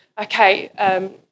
Okay